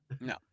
No